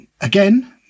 again